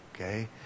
okay